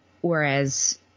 whereas